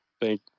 Thank